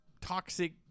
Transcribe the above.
toxic